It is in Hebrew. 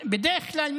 בדרך כלל,